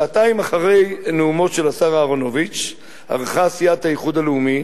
שעתיים אחרי נאומו של השר אהרונוביץ ערכה סיעת האיחוד הלאומי